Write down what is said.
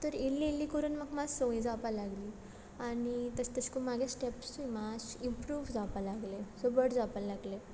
तर इल्ली इल्ली करून म्हाक मास संवय जावपा लागली आनी तश तशको म्हागे स्टॅप्सूय मातशे इम्प्रूव जावपा लागले सो बड जावपा लागले